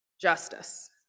justice